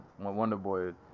Wonderboy